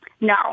No